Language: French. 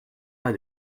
pas